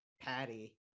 Patty